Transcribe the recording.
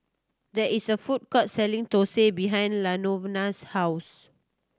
there is a food court selling thosai behind Lanovona's house